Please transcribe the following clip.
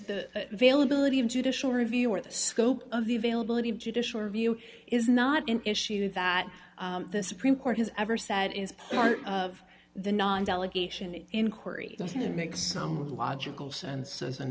the veil ability of judicial review or the scope of the availability of judicial review is not an issue that the supreme court has ever said is part of the non delegation inquiry that makes some logical sense as an